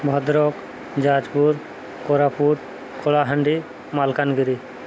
Bhadrak Jajpur Koraput Kalahandi Malkangiri